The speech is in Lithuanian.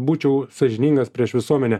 būčiau sąžiningas prieš visuomenę